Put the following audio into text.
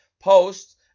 posts